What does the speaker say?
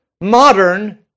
modern